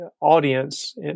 audience